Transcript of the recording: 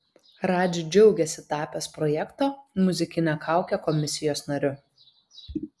radži džiaugiasi tapęs projekto muzikinė kaukė komisijos nariu